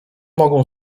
mogą